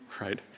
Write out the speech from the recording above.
right